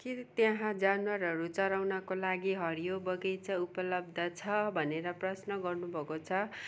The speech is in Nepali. के त्यहाँ जनावरहरू चराउनको लागि हरियो बगैँचा उपलब्ध छ भनेर प्रश्न गर्नुभएको छ